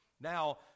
Now